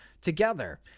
together